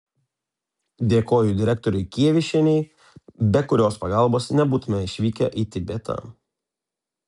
dėkoju direktorei kievišienei be kurios pagalbos nebūtume išvykę į tibetą